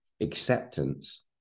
acceptance